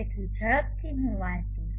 તેથી ઝડપથી હું વાંચીશ